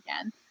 again